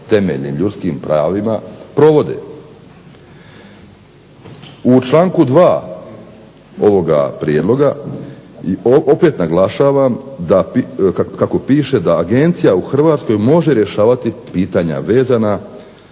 temeljnim ljudskim pravima provode. U članku 2. ovoga prijedloga opet naglašavam kako piše da Agencija u Hrvatskoj može rješavati pitanja vezana